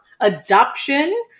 adoption